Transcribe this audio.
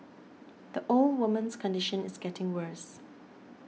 the old woman's condition is getting worse